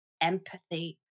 Empathy